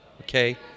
Okay